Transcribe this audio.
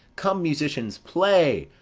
come, musicians, play.